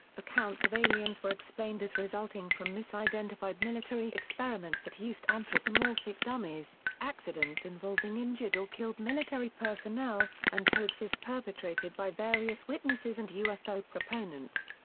accounts of aliens were explained as resulting from misidentified military experiments that used anthropomorphic dummies, accidents involving injured or killed military personnel, and hoaxes perpetrated by various witnesses and ufo proponents.